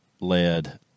led